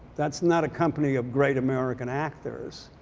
that's not a company of great american actors